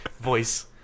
voice